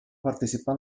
participar